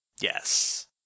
Yes